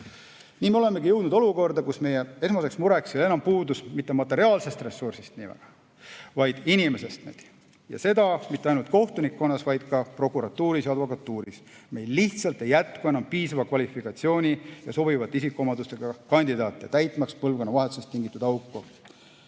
Nii me olemegi jõudnud olukorda, kus meie esmaseks mureks ei ole enam puudus mitte materiaalsest ressursist niiväga, vaid inimestest, ja seda mitte ainult kohtunikkonnas, vaid ka prokuratuuris ja advokatuuris. Meil lihtsalt ei jätku enam piisava kvalifikatsiooni ja sobivate isikuomadustega kandidaate, täitmaks põlvkonnavahetusest tingitud auku.